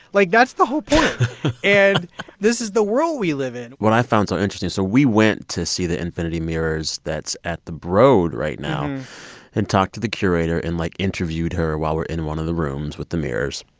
like, that's the whole point and this is the world we live in what i found so interesting so we went to see the infinity mirrors that's at the broad right now and talked to the curator and, like, interviewed her while we're in one of the rooms with the mirrors.